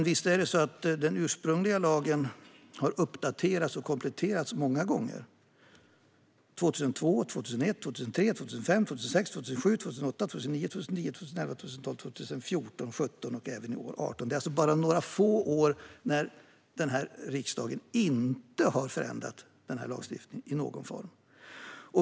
Visst har den ursprungliga lagen uppdaterats och kompletterats många gånger: 2000, 2001, 2003, 2005, 2006, 2007, 2008, 2009, 2010, 2011, 2012, 2014, 2017 och även i år, 2018. Det är alltså bara några få år när riksdagen inte har förändrat denna lagstiftning i någon form.